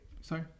sorry